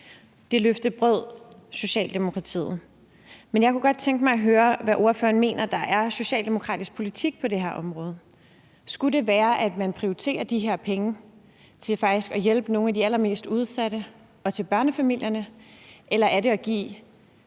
Det løfte brød Socialdemokratiet. Men jeg kunne godt tænke mig at høre, hvad ordføreren mener der er socialdemokratisk politik på det her område. Skulle det være, at man prioriterer de her penge til faktisk at hjælpe nogle af de allermest udsatte og til børnefamilierne, eller er det at give